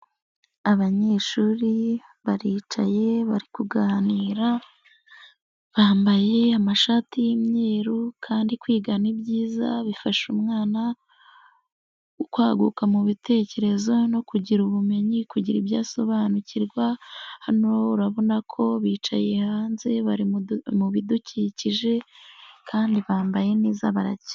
Abanyeshuri baricaye bari kuganira, bambaye amashati y'imyeru kandi kwigana ibyiza bifasha umwana. kwaguka mu bitekerezo, kugira ubumenyi, kugira ibyo asobanukirwa, hano urabona ko bicaye hanze bari mu bidukikije kandi bambaye neza barakeye.